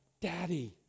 daddy